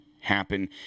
happen